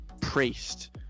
priest